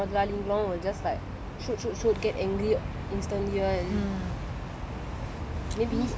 so it's not true that எல்லா மொதலாளிங்களும்:ella modalaalingalum just like should get angry instantly one